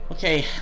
Okay